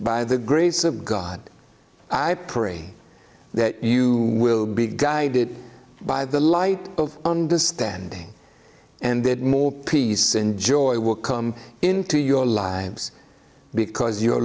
by the grace of god i pray that you will be guided by the light of understanding and that more peace and joy will come into your lives because you